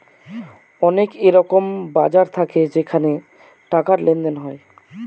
অনেক এরকম বাজার থাকে যেখানে টাকার লেনদেন হয়